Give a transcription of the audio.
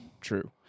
True